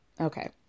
Okay